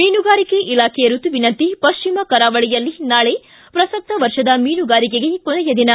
ಮೀನುಗಾರಿಕಾ ಇಲಾಖೆ ಋತುವಿನಂತೆ ಪಶ್ಚಿಮ ಕರಾವಳಿಯಲ್ಲಿ ನಾಳೆ ಪ್ರಸಕ್ತ ವರ್ಷದ ಮೀನುಗಾರಿಕೆಗೆ ಕೊನೆಯ ದಿನ